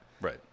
Right